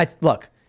look